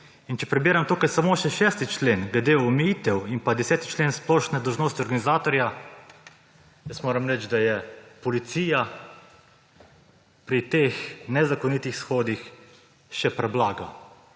In če prebiram tukaj samo še 6. člen glede omejitev in pa 10. člen – splošne dolžnosti organizatorja, moram reči, da je policija pri teh nezakonitih shodih še preblaga.